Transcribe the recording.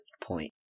point